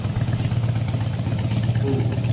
patience! patience indeed. fool!